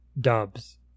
dubs